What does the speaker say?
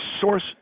source